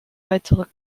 weitere